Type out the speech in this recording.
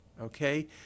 okay